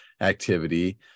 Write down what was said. activity